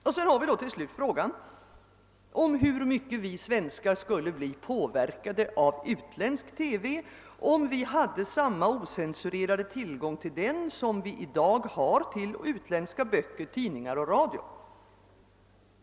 Jag vill till sist ta upp frågan hur mycket vi svenskar skulle bli påverkade av utländsk TV, om vi hade samma ocensurerade tillgång härtill som vi i dag har till utländska böcker, tidningar och radioprogram.